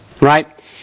Right